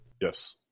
Yes